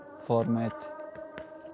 format